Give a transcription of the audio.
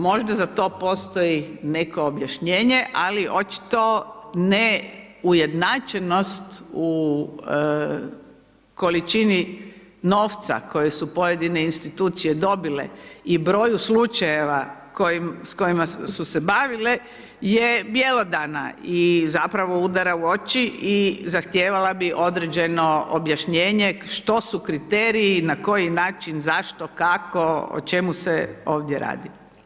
Možda za to postoji neko objašnjenje ali očito ne ujednačenost u količini novca koje su pojedine institucije dobile i broju slučajeva s kojima su se bavile je bjelodana i zapravo udara u oči i zahtijevala bi određeno objašnjenje što su kriteriji, na koji način, zašto, kako, o čemu se ovdje radi.